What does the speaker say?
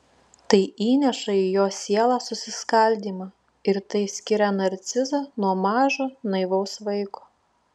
tai įneša į jo sielą susiskaldymą ir tai skiria narcizą nuo mažo naivaus vaiko